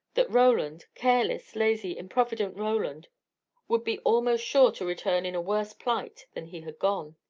that roland careless, lazy, improvident roland would be almost sure to return in a worse plight than he had gone?